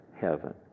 heaven